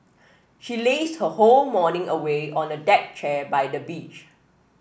she lazed her whole morning away on a deck chair by the beach